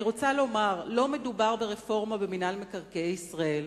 לא מדובר ברפורמה במינהל מקרקעי ישראל,